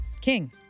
King